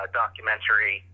documentary